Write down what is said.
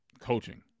coaching